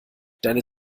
deine